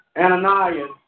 Ananias